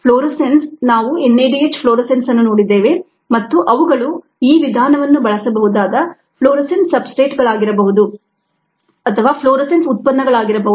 fluorescence ನಾವು NADH fluorescence ಅನ್ನು ನೋಡಿದ್ದೇವೆ ಮತ್ತು ಅವುಗಳು ಈ ವಿಧಾನವನ್ನು ಬಳಸಬಹುದಾದ ಫ್ಲೋರೊಸೆನ್ಸ್ ಸಬ್ಸ್ಟ್ರೇಟ್ ಗಳಾಗಿರಬಹುದು ಫ್ಲೋರೊಸೆನ್ಸ್ ಉತ್ಪನ್ನಗಳಾಗಿರಬಹುದು